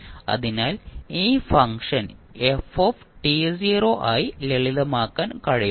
അതിനാൽ ഈ function f ആയി ലളിതമാക്കാൻ കഴിയും